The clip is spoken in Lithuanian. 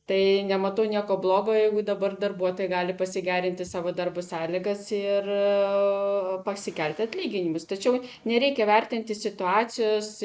tai nematau nieko blogo jeigu dabar darbuotojai gali pasigerinti savo darbo sąlygas ir pasikelt atlyginimus tačiau nereikia vertinti situacijos